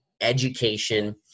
education